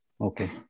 Okay